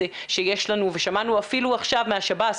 שיש לנו ושמענו אפילו עכשיו מהשב"ס,